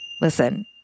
Listen